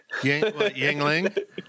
Yangling